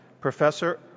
Professor